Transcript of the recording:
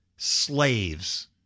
Slaves